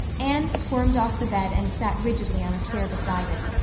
anne squirmed off the bed and sat rigidly on a chair beside it,